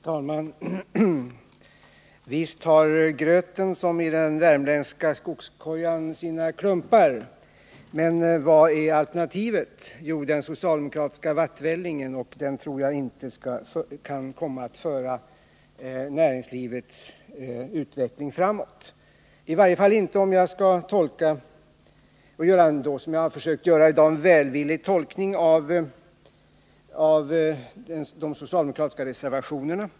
Herr talman! Visst har gröten liksom i den värmländska skogskojan sina klumpar, men vad är alternativet? Jo, den socialdemokratiska vattvällingen, och den tror jag inte skall kunna föra näringslivets utveckling framåt. Det gäller också om jag, som jag försökt i dag, gör en välvillig tolkning av de socialdemokratiska reservationerna.